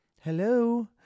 hello